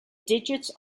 digits